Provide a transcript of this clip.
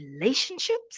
relationships